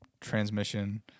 transmission